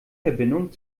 verbindung